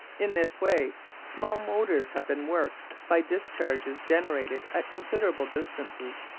in this way small motors have been worked by discharges generated at considerable distances,